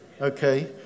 Okay